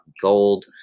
Gold